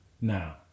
Now